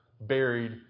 buried